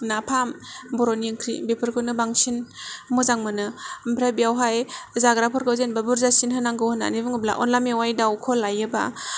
नाफाम बर'नि ओंख्रि बेफोरखौनो बांसिन मोजां मोनो ओमफ्राय बेयावहाय जाग्राफोरखौ जेन'बा बुरजासिन होनांगौ होन्नानै बुङोब्ला अनला मेवाय दाउखौ लायोबा